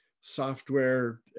software